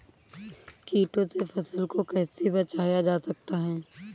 कीटों से फसल को कैसे बचाया जा सकता है?